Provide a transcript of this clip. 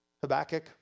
Habakkuk